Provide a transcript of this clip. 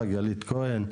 הסביבה, גלית כהן.